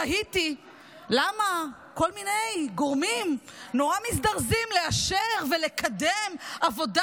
תהיתי למה כל מיני גורמים נורא מזדרזים לאשר ולקדם עבודה